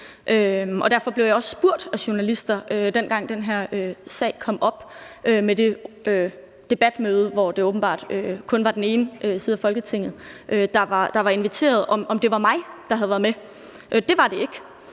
derfor blev jeg også spurgt af journalister, dengang den her sag kom op om det her debatmøde, hvor det åbenbart kun var den ene side af Folketinget, der var inviteret, om det var mig, der havde været med. Det var det ikke.